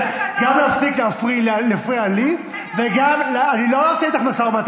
גם להפסיק להפריע לי וגם, אז תיתן לי הודעה אישית.